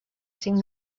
cinc